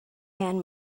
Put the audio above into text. man